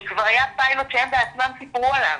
שכבר היה פיילוט שהם בעצמם סיפרו עליו,